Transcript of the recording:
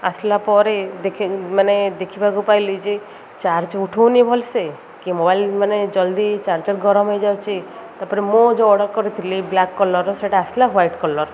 ଆସିଲା ପରେ ଦେଖ ମାନେ ଦେଖିବାକୁ ପାଇଲି ଯେ ଚାର୍ଜ ଉଠଉନି ଭଲ୍ସେ କି ମୋବାଇଲ୍ ମାନେ ଜଲ୍ଦି ଚାର୍ଜର୍ ଗରମ ହେଇଯାଉଛି ତା'ପରେ ମୁଁ ଯୋଉ ଅର୍ଡ଼ର୍ କରିଥିଲି ବ୍ଲାକ୍ କଲର୍ର ସେଇଟା ଆସିଲା ହ୍ୱାଇଟ୍ କଲର୍